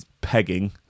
pegging